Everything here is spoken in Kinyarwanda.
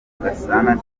gasana